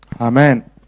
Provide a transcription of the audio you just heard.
Amen